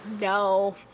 No